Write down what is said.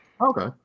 Okay